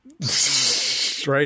Right